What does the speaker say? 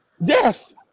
Yes